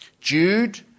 Jude